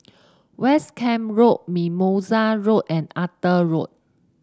West Camp Road Mimosa Road and Arthur Road